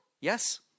Yes